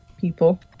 people